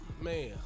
Man